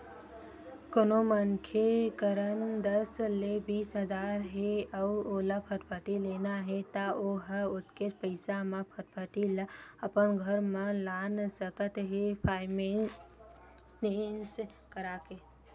कोनो मनखे करन दस ले बीस हजार हे अउ ओला फटफटी लेना हे त ओ ह ओतकेच पइसा म फटफटी ल अपन घर म लान सकत हे फायनेंस करा के